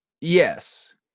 Yes